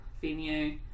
venue